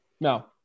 no